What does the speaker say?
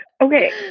Okay